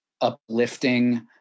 uplifting